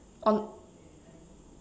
oh